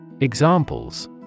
Examples